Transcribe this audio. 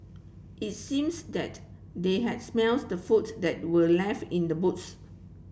it seems that they had smells the food that were left in the boots